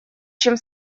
чем